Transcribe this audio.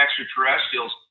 extraterrestrials